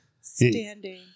Standing